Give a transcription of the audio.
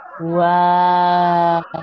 Wow